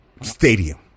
stadium